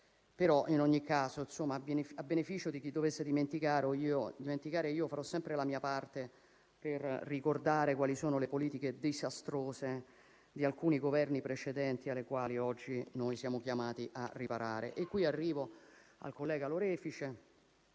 In ogni caso, a beneficio di chi dovesse dimenticare, farò sempre la mia parte per ricordare le politiche disastrose di alcuni Governi precedenti, alle quali oggi noi siamo chiamati a porre riparo. Arrivo al collega Lorefice,